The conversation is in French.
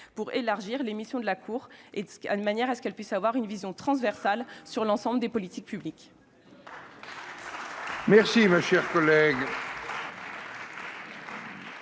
pour élargir les missions de la Cour de manière qu'elle puisse avoir une vision transversale sur l'ensemble des politiques publiques.